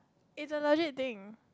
is a legit thing